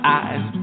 eyes